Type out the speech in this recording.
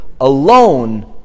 alone